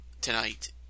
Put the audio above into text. tonight